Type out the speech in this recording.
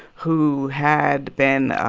who had been